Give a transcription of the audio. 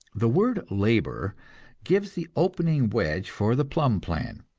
the word labor gives the opening wedge for the plumb plan.